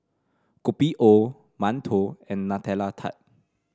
Kopi O mantou and Nutella Tart